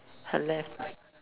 her left